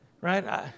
Right